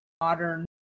modern